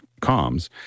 comms